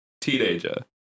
teenager